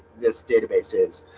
this database is